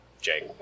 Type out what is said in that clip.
Jake